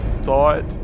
thought